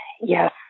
Yes